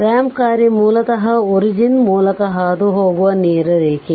ramp ಕಾರ್ಯ ಮೂಲತಃ origin ಮೂಲಕ ಹಾದುಹೋಗುವ ನೇರ ರೇಖೆ